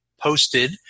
posted